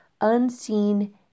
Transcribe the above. unseen